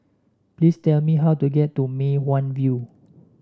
please tell me how to get to Mei Hwan View